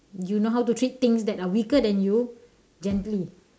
you know how to treat things that are weaker than you gently